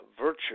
virtue